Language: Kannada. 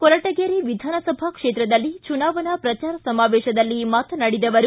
ಕೊರಟಗೆರೆ ವಿಧಾನಸಭಾ ಕ್ಷೇತ್ರದಲ್ಲಿ ಚುನಾವಣಾ ಪ್ರಚಾರ ಸಮಾವೇತದಲ್ಲಿ ಮಾತನಾಡಿದ ಅವರು